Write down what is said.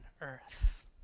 earth